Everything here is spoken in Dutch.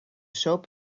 soap